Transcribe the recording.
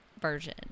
version